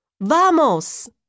Vamos